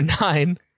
nine